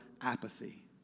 apathy